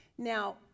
now